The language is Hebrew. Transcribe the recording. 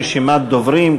רשימת דוברים,